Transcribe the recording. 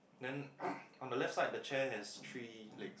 then on the left side the chair has three legs